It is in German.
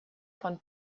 von